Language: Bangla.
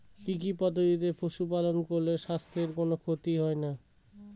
কি কি পদ্ধতিতে পশু পালন করলে স্বাস্থ্যের কোন ক্ষতি হয় না?